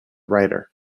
writer